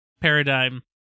paradigm